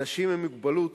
אנשים עם מוגבלות